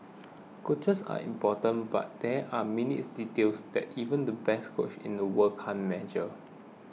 coaches are important but there are minutes details that even the best coach in the world can't measure